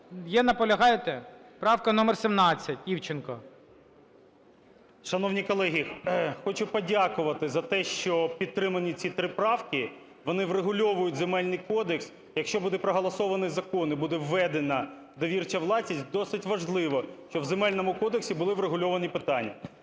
є, наполягаєте? Правка номер 17, Івченко. 17:04:39 ІВЧЕНКО В.Є. Шановні колеги, хочу подякувати за те, що підтримані ці три правки. Вони врегульовують Земельний кодекс. Якщо буде проголосований закон і буде введена довірча власність, досить важливо, щоб в Земельному кодексі були врегульовані питання.